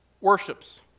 worships